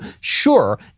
Sure